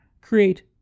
Create